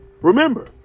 Remember